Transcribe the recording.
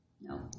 No